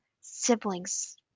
siblings